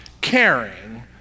caring